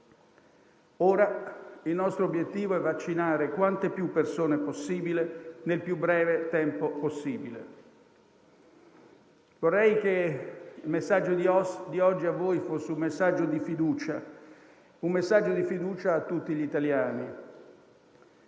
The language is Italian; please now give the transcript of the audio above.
Ora il nostro obiettivo è vaccinare quante più persone possibile, nel più breve tempo possibile. Vorrei che il messaggio di oggi a voi fosse un messaggio di fiducia, un messaggio